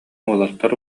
уолаттар